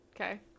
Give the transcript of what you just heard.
okay